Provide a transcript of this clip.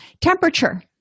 Temperature